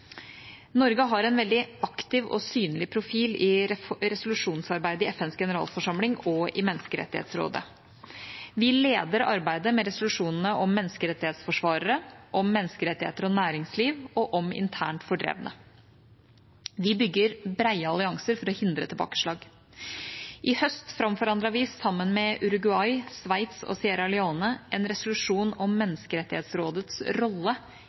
Norge har en veldig aktiv og synlig profil i resolusjonsarbeidet i FNs generalforsamling og i Menneskerettighetsrådet. Vi leder arbeidet med resolusjonene om menneskerettighetsforsvarere, om menneskerettigheter og næringsliv og om internt fordrevne. Vi bygger brede allianser for å hindre tilbakeslag. I høst framforhandlet vi sammen med Uruguay, Sveits og Sierra Leone en resolusjon om Menneskerettighetsrådets rolle